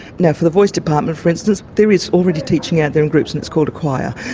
now, for the voice department, for instance, there is already teaching out there in groups and it's called a choir.